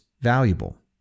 valuable